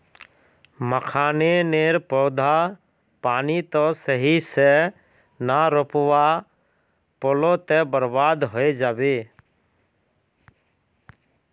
मखाने नेर पौधा पानी त सही से ना रोपवा पलो ते बर्बाद होय जाबे